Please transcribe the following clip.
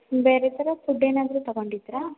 ಬೇರೆ ಥರ ಫುಡ್ ಏನಾದರು ತೊಗೊಂಡಿದ್ದೀರಾ